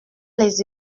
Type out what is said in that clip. les